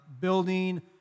building